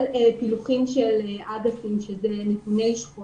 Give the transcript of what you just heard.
דיווחים על שכונות.